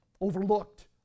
overlooked